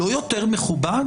לא יותר מכובד?